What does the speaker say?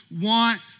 want